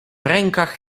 rękach